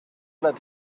let